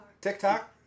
TikTok